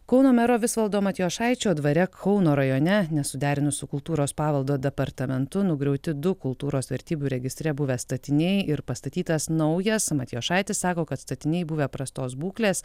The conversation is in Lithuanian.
kauno mero visvaldo matijošaičio dvare kauno rajone nesuderinus su kultūros paveldo departamentu nugriauti du kultūros vertybių registre buvę statiniai ir pastatytas naujas matijošaitis sako kad statiniai buvę prastos būklės